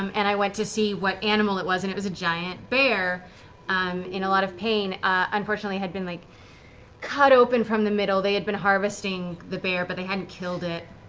um and i went to see what animal it was, and it was a giant bear um in a lot of pain. unfortunately, it had been like cut open from the middle, they had been harvesting the bear but they hadn't killed it,